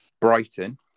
Brighton